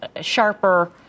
sharper